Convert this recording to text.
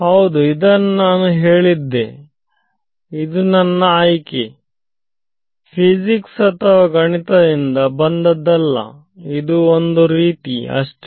ಹೌದು ಇದನ್ನು ನಾನು ಹೇಳಿದ್ದೆ ಇದು ನನ್ನ ಆಯ್ಕೆ ಫಿಸಿಕ್ಸ್ ಅಥವಾ ಗಣಿತದಿಂದ ಬಂದದ್ದಲ್ಲ ಇದು ಒಂದು ರೀತಿ ಅಷ್ಟೇ